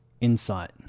insight